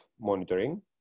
monitoring